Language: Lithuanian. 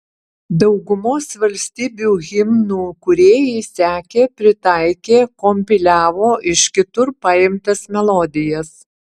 daugumos valstybių himnų kūrėjai sekė pritaikė kompiliavo iš kitur paimtas melodijas